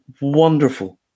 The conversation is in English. wonderful